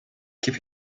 keep